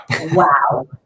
wow